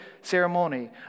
ceremony